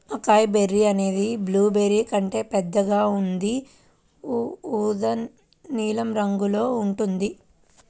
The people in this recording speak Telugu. అకాయ్ బెర్రీ అనేది బ్లూబెర్రీ కంటే పెద్దగా ఉండి ఊదా నీలం రంగులో ఉంటుంది